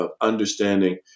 understanding